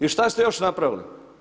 I šta ste još napravili?